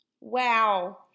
Wow